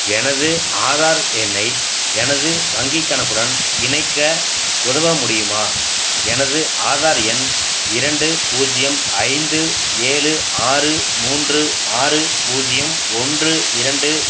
எனது ஆதார் எண்ணை எனது வங்கி கணக்குடன் இணைக்க உதவ முடியுமா எனது ஆதார் எண் இரண்டு பூஜ்யம் ஐந்து ஏழு ஆறு மூன்று ஆறு பூஜ்யம் ஒன்று இரண்டு